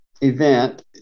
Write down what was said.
event